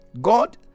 god